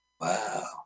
Wow